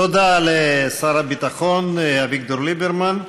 תודה לשר הביטחון אביגדור ליברמן.